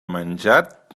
menjat